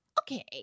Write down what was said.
Okay